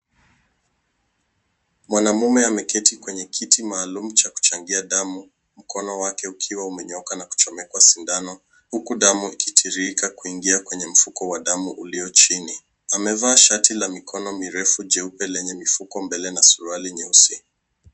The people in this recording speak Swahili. Mwanamume ameketi kwenye kiti maalum cha kuchangia damu mkono wake ukiwa umenyooka na kuchomeka sindano huku damu ikitiririka kuingia kwenye mfuko wa damu ulio chini. Amevaa shati la mikono mirefu jeupe lenye mifuko mbele na suruali nyeusi.